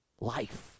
Life